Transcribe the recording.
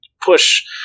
push